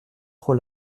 trop